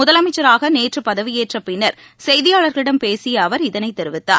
முதலனமச்சராக நேற்று பதவியேற்ற பின்னர் செய்தியாளர்களிடம் பேசிய அவர் இதனைத் தெரிவித்தார்